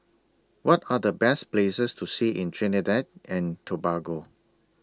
What Are The Best Places to See in Trinidad and Tobago